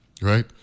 Right